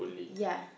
ya